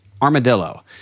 armadillo